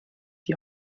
die